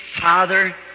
Father